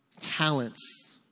talents